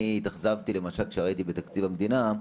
אני התאכזבתי למשל כשראיתי בתקציב המדינה,